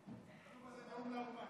הנאום הזה הוא נאום לאומה,